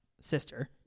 sister